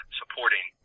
supporting